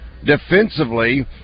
defensively